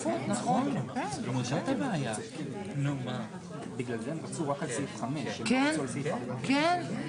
בגלל זה הם רצו רק על סעיף 5. כן, כן.